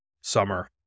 summer